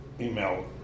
email